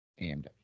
AMW